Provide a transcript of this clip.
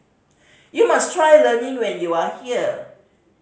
you must try lemang when you are here